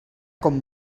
com